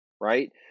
right